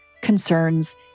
concerns